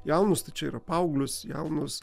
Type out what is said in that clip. jaunus tai čia yra paauglius jaunus